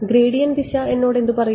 gradient ദിശ എന്നോട് എന്ത് പറയും